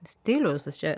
stilius aš čia